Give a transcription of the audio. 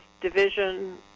division